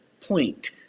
point